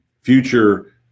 future